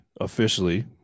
officially